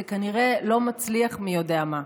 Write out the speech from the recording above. זה כנראה לא מצליח מי יודע מה.